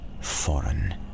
foreign